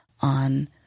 on